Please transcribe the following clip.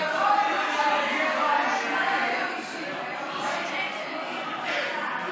חברת הכנסת סלימאן, תודה.